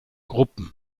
gruppen